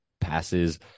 passes